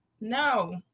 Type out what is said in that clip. No